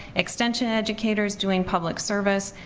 extension educators doing public service,